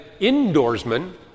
Indoorsman